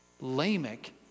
Lamech